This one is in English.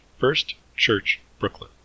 firstchurchbrooklyn